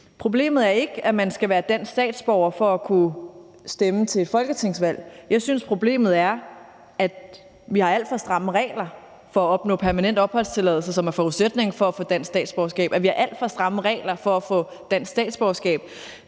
Problemet er ikke, at man skal være dansk statsborger for at kunne stemme til folketingsvalg. Jeg synes, at problemet er, at vi har alt for stramme regler for at opnå permanent opholdstilladelse, som er forudsætningen for at få dansk statsborgerskab, og at vi har alt for stramme regler for at få dansk statsborgerskab.